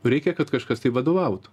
reikia kad kažkas tai vadovautų